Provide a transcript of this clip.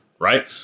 right